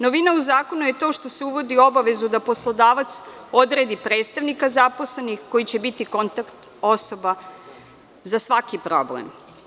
Novina zakona je i to što se uvodi u obavezu da poslodavac odredi predstavnika zaposlenih koji će biti kontakt osoba za svaki problem.